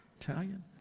Italian